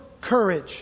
courage